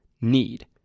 need